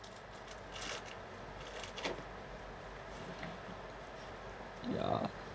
yeah